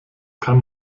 kann